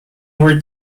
were